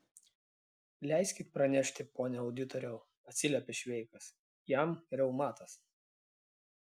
leiskit pranešti pone auditoriau atsiliepė šveikas jam reumatas